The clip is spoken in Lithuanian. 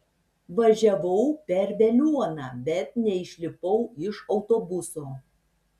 važiavau per veliuoną bet neišlipau iš autobuso